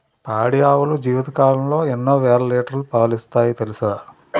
పాడి ఆవులు జీవితకాలంలో ఎన్నో వేల లీటర్లు పాలిస్తాయి తెలుసా